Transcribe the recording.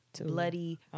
bloody